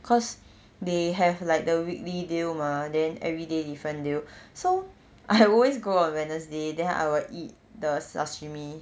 cause they have like the weekly deal mah then everyday different deal so I always go on wednesday day then I will eat the sashimi